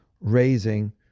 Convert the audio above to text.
raising